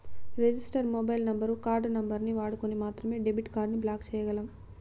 register mobile number, card నంబరుని వాడుకొని మాత్రమే డెబిట్ కార్డుని బ్లాక్ చేయ్యగలం